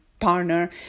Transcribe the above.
partner